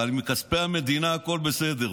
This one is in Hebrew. אבל מכספי המדינה, הכול בסדר.